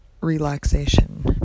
relaxation